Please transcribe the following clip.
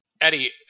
Eddie